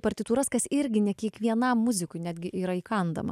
partitūras kas irgi ne kiekvienam muzikui netgi yra įkandama